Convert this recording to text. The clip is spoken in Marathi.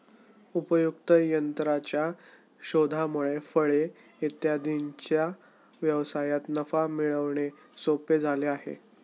उपयुक्त यंत्राच्या शोधामुळे फळे इत्यादींच्या व्यवसायात नफा मिळवणे सोपे झाले आहे